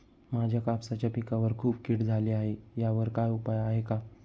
माझ्या कापसाच्या पिकावर खूप कीड झाली आहे यावर काय उपाय आहे का?